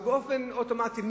אבל באופן אוטומטי,